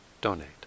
donate